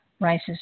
rises